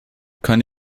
kann